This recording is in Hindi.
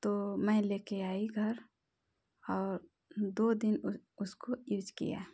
तो मैं लेकर आई घर और दो दिन उस उसको यूज किया